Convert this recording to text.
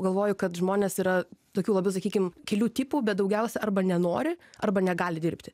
galvoju kad žmonės yra tokių labiau sakykim kelių tipų bet daugiausia arba nenori arba negali dirbti